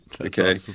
Okay